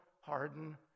harden